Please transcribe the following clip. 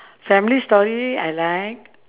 family story I like